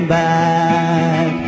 back